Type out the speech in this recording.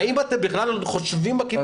האם אתם בכלל חושבים בכיוון זה?